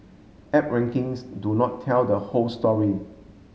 app rankings do not tell the whole story